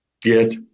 Get